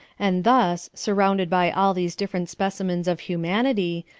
and thus, surrounded by all these different specimens of humanity,